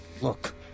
Look